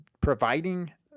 providing